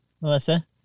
Melissa